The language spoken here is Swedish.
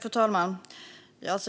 Fru talman!